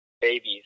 babies